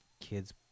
kid's